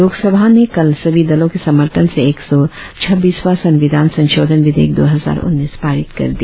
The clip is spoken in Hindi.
लोकसभा ने कल सभी दलों के समर्थन से एक सौ छब्बीसवां संविधान संशोधन विधेयक दो हजार उन्नीस पारित कर दिया